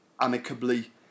amicably